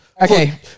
Okay